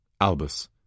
Albus